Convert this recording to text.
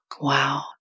Wow